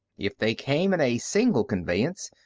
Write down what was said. if they came in a single conveyance,